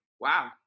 wow